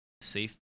safe